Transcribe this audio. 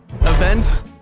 event